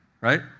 right